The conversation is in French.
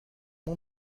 mon